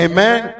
Amen